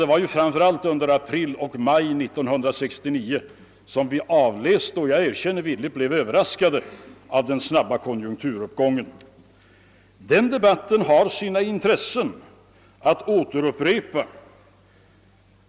Det var framför allt under april och maj 1969 som vi avläste och — det erkänner jag villigt — blev överraskade av den snabba konjunkturuppgången. Det har sitt intresse att påminna om denna debatt.